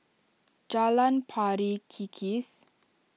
Jalan Pari Kikis